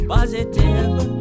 Positive